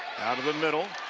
out of the middle.